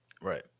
Right